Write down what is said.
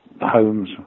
homes